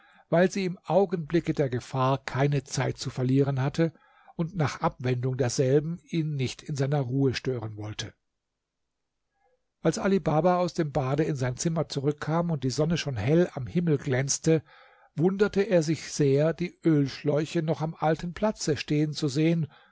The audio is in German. weil sie im augenblicke der gefahr keine zeit zu verlieren hatte und nach abwendung derselben ihn nicht in seiner ruhe stören wollte als ali baba aus dem bade in sein zimmer zurückkam und die sonne schon hell am himmel glänzte wunderte er sich sehr die ölschläuche noch am alten platze stehen zu sehen